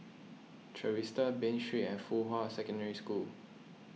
Trevista Bain Street and Fuhua Secondary School